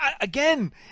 Again